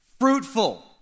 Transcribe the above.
fruitful